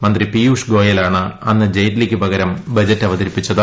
മന്ത്രി പീയുഷ് ഗോയലാ ണ് അന്ന് ജെയ്റ്റ്ലിക്കുപകരം ബജറ്റ് അവതരിപ്പിച്ചത്